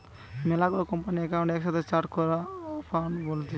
মেলা গুলা কোম্পানির একাউন্ট কে একসাথে চার্ট অফ একাউন্ট বলতিছে